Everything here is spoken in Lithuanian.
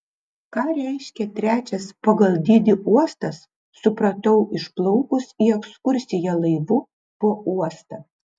ką reiškia trečias pagal dydį uostas supratau išplaukus į ekskursiją laivu po uostą